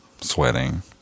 sweating